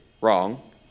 wrong